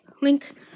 link